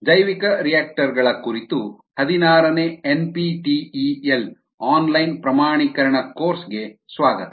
ಜೈವಿಕರಿಯಾಕ್ಟರ್ ಗಳ ಕುರಿತು ಹದಿನಾರನೇ ಎನ್ಪಿಟಿಇಎಲ್ ಆನ್ಲೈನ್ ಪ್ರಮಾಣೀಕರಣ ಕೋರ್ಸ್ ಗೆ ಸ್ವಾಗತ